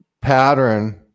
pattern